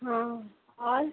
हाँ और